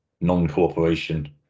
non-cooperation